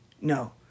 No